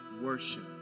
worship